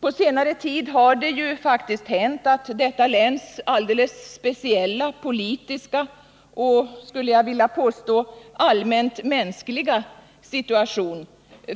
På senare tid har det faktiskt hänt att detta läns alldeles speciella politiska och — skulle jag vilja påstå — allmänt mänskliga situation